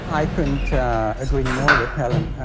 i couldn't agree more with helen.